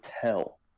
tell